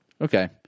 Okay